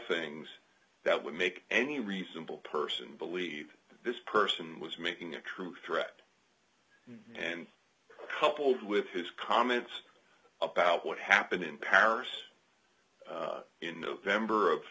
things that would make any reasonable person believe this person was making a true threat and coupled with his comments about what happened in paris in november of